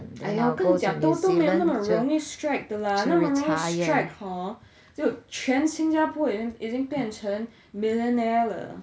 !aiya! 我跟你讲 TOTO 没有那么容易 strike 的 lah 那么容易 strike hor 就全新加坡已经已经变成 millionaire 了